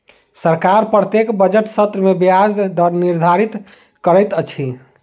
सरकार प्रत्येक बजट सत्र में ब्याज दर निर्धारित करैत अछि